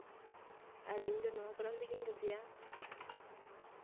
ᱟᱨ ᱤᱧ ᱫᱚ ᱱᱚᱣᱟ ᱠᱟᱨᱚᱱ ᱛᱮᱜᱮᱧ ᱠᱩᱥᱤᱭᱟᱜᱼᱟ